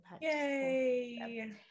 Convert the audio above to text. Yay